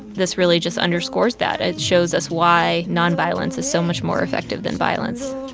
this really just underscores that. it shows us why nonviolence is so much more effective than violence.